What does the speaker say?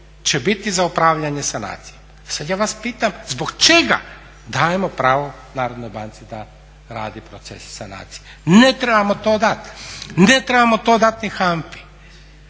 će biti za upravljanje sanacijama. Sad ja vas pitam zbog čega dajemo pravo Narodnoj banci da radi proces sanacije? Ne trebamo to dati, ne trebamo to dati ni